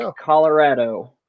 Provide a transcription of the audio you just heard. Colorado